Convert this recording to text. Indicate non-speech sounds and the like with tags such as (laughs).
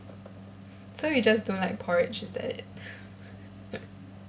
so you just don't like porridge is it (laughs)